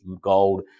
gold